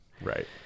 Right